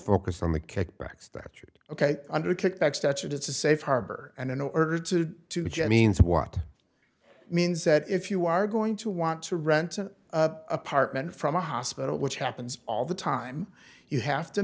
focus on the kickbacks that should ok under kickback statute it's a safe harbor and in order to to jenny means what it means that if you are going to want to rent an apartment from a hospital which happens all the time you have to